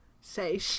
say